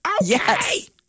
yes